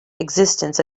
existence